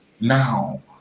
now